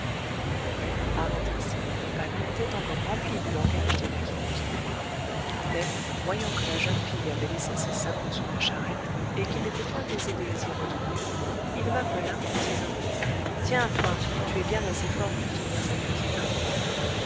mon père parlant ainsi avait la tête encore remplie du langage des maquignons en foire mais voyant que la jeune fille avait laissé ses sabots sur la charrette et qu'il n'était point aisé de les y retrouver il m'appela disant tiens toi tu es bien assez fort pour tenir cette petite un moment